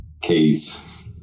Case